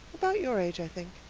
about your age i think.